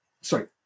Sorry